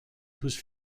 whose